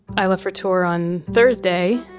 i left for tour on thursday.